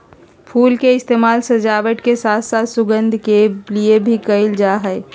फुल के इस्तेमाल सजावट के साथ साथ सुगंध के लिए भी कयल जा हइ